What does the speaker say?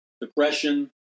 depression